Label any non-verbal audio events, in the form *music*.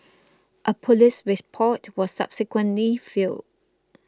*noise* a police report was subsequently filed